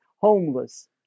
homeless